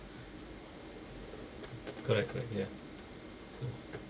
correct correct ya mm